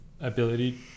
ability